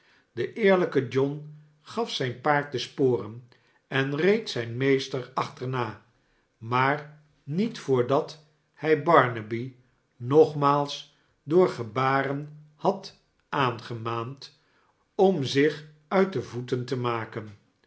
de eerlijke john gaf zijn paard de sporen en reed zijn meester achterna maar niet voordat hij barnaby nogmaals door gebaren had aangemaand om zich uit de voeten te maken